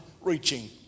reaching